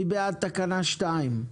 מי בעד תקנה 2?